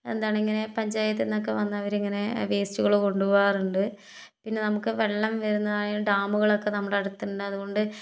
എന്താണ് ഇങ്ങനെ പഞ്ചായത്ത് നിന്നൊക്കെ വന്ന് അവരിങ്ങനെ വേസ്റ്റുകള് കൊണ്ടുപോകാറുണ്ട് പിന്നെ നമുക്ക് വെള്ളം വരുന്നതായ ഡാമുകളൊക്കെ നമ്മുടെ അടുത്തുണ്ട് അതുകൊണ്ട്